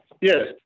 Yes